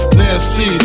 nasty